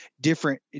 different